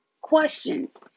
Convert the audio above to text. questions